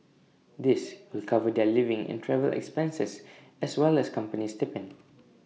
this will cover their living and travel expenses as well as company stipend